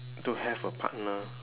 to have a partner